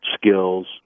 skills